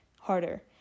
harder